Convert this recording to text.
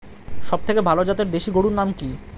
সবথেকে ভালো জাতের দেশি গরুর নাম কি?